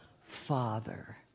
Father